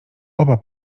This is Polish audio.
oba